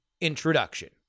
introduction